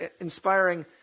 inspiring